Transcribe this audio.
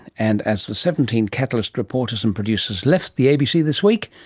and as the seventeen catalyst reporters and producers left the abc this week,